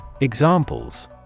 Examples